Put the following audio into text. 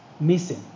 missing